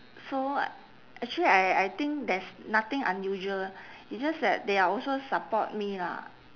so actually I I think there's nothing unusual it's just that they are also support me lah